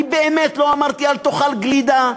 אני באמת לא אמרתי: אל תאכל גלידה,